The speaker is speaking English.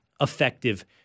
effective